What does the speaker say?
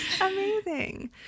Amazing